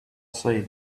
say